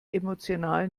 emotional